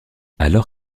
alors